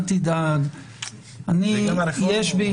יש לי כלל,